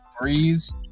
Breeze